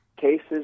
cases